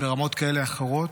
ברמות כאלה ואחרות.